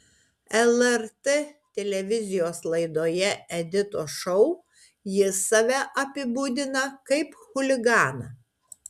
lrt televizijos laidoje editos šou jis save apibūdina kaip chuliganą